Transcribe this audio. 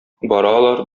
баралар